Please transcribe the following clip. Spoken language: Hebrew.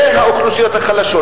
זה האוכלוסיות החלשות.